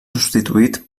substituït